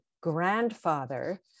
grandfather